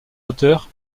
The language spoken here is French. auteur